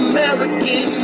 American